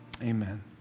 Amen